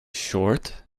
short